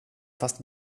fast